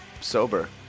Sober